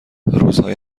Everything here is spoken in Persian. روزهای